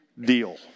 deal